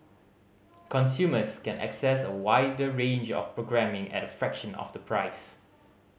consumers can access a wider range of programming at a fraction of the price